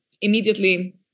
immediately